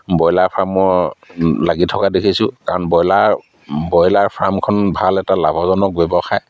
broiler farm মই লাগি থকা দেখিছোঁ কাৰণ ব্ৰইলাৰ ব্ৰইলাৰ ফাৰ্মখন ভাল এটা লাভজনক ব্যৱসায়